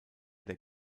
der